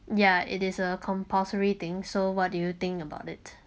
yeah it is a compulsory thing so what do you think about it